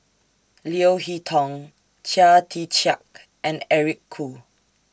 Leo Hee Tong Chia Tee Chiak and Eric Khoo